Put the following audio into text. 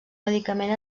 medicament